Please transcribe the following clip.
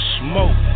smoke